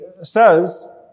says